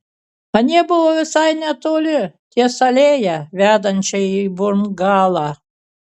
anie buvo visai netoli ties alėja vedančia į bungalą